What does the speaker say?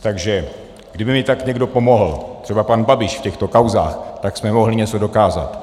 Takže kdyby mi tak někdo pomohl, třeba pan Babiš, v těchto kauzách, tak jsme mohli něco dokázat.